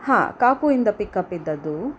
ಹಾಂ ಕಾಪುಯಿಂದ ಪಿಕಪ್ ಇದ್ದದ್ದು